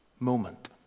moment